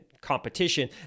competition